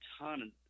ton